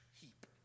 heap